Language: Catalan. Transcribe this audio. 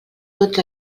tots